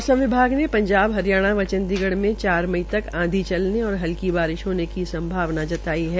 मौसम विभाग ने पंजाब हरियाणा व चंडीगढ़ में चार र्म तक आंधी चलने और हलकी बारिश होने की संभावना जताई है